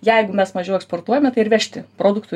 jeigu mes mažiau eksportuojame tai ir vežti produktų